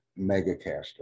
megacaster